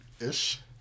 Ish